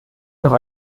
noch